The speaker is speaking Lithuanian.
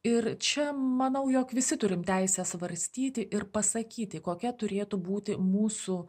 ir čia manau jog visi turim teisę svarstyti ir pasakyti kokia turėtų būti mūsų